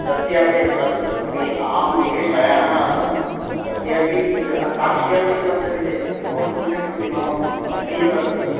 तस्यापि त ग्रि अहं गृहे शयनः आसं तस्यापि साक्षी अस्ति मत्सविधे वक्तुं शक्नोति मम पत्नी एव अस्ति